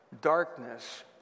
Darkness